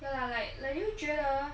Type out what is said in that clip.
no lah like 你会觉得